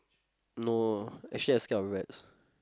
no ah actually I scared of rats